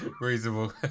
reasonable